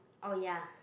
oh ya